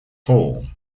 hall